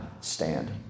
stand